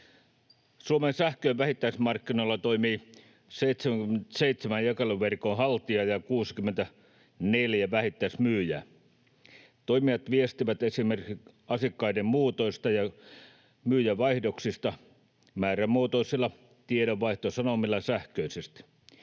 Suomen sähkön vähittäismarkkinoilla toimii 77 jakeluverkon haltijaa ja 64 vähittäismyyjää. Toimijat viestivät esimerkiksi asiakkaiden muutoista ja myyjävaihdoksista määrämuotoisilla tiedonvaihtosanomilla sähköisesti.